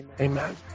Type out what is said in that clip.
amen